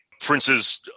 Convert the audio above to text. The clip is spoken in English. Prince's